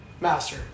master